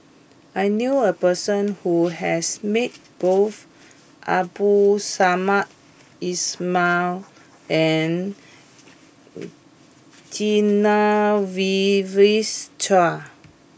I knew a person who has met both Abdul Samad Ismail and Genevieve Chua